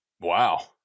Wow